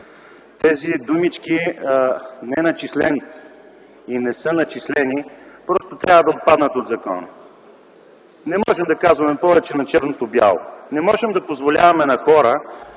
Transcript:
тези думички „неначислен” и „не са начислени” просто трябва да отпаднат от закона. Не можем да казваме повече на черното бяло, не можем да позволяваме на хора,